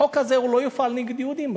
החוק הזה לא יופעל נגד יהודים.